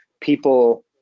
people